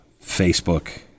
Facebook